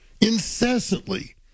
incessantly